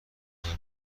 بزار